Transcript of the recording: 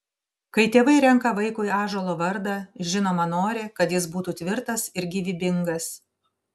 kai tėvai renka vaikui ąžuolo vardą žinoma nori kad jis būtų tvirtas ir gyvybingas